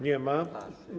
Nie ma.